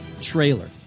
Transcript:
trailer